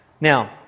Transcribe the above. Now